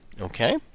okay